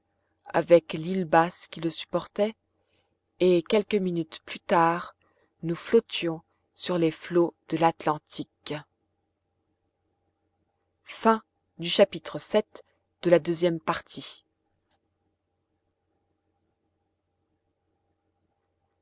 avec l'île basse qui le supportait et quelques minutes plus tard nous flottions sur les flots de l'atlantique